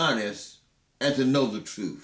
honest and to know the truth